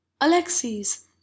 Alexis